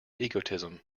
egotism